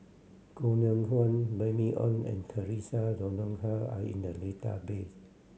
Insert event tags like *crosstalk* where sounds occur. Koh Nguang *unintelligible* Remy Ong and Theresa Noronha are in the database